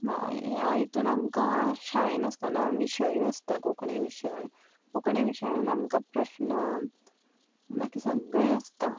मा ह्या हितून आमकां शाळेन आसताना विशयूय आसता कोंकणी विशय कोंकणी विशयान आमकां प्रस्न बाकी सगळें आसता